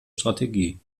strategie